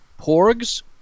Porgs